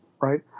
right